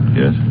yes